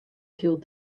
killed